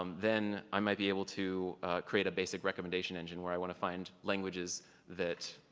um then i might be able to create a basic recommendation engine where i want to find languages that